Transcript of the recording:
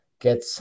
get